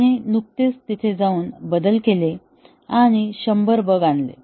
त्याने नुकतेच तिथे जाऊन बदल केले आणि 100 बग आणले